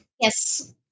Yes